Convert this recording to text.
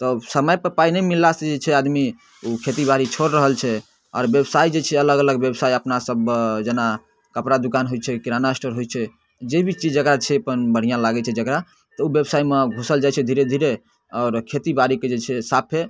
तऽ ओ समयपर पाइ नहि मिललासँ जे छै आदमी ओ खेती बाड़ी छोड़ि रहल छै आओर बेवसाइ जे छै अलग अलग बेवसाइ अपनासभ जेना कपड़ा दोकान होइ छै किराना स्टोर होइ छै जेभी चीज जकरा छै अपन बढ़िआँ लागै छै जकरा तऽ ओ बेवसाइमे घुसल जाइ छै धीरे धीरे आओर खेतीबाड़ीके जे छै साफे